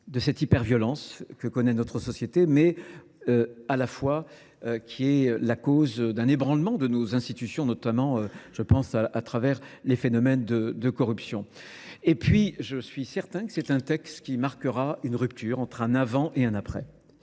de cette hyperviolence que connaît notre société, mais à la fois qui est la cause d'un ébranlement de nos institutions, notamment, je pense, à travers les phénomènes de corruption. Et puis, je suis certain que c'est un texte qui marquera une rupture entre un avant et un après.